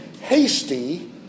hasty